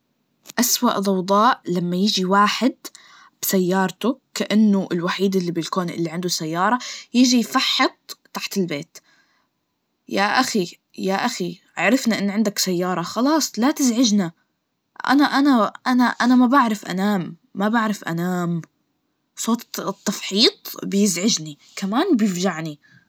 أسوء ضوضاء لما يجي واحد بسيارته كأنه الوحيد بالكون اللي عنده سيارة, يجي يفحط تحت البيت, يا أخي, يا أخي عرفنا إن عندك سيارة, خلاص لا تزعجنا, أنا أنا أنا أنا ما بعرف أنام, ما بعرف أنام, صوت التفحيط بيزعجني, كمان بيفجعني.